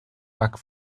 back